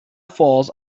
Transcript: falls